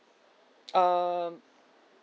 um